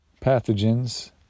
pathogens